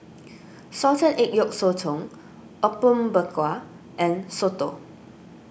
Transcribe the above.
Salted Egg Yolk Sotong Apom Berkuah and Soto